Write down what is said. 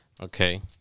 Okay